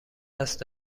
هست